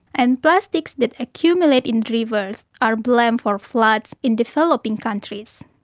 and plastics that accumulate in rivers are blamed for floods in developing countries.